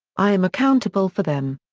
i am accountable for them.